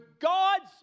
God's